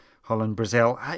Holland-Brazil